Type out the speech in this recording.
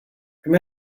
come